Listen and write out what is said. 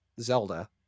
zelda